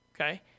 okay